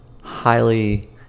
highly